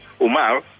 Omar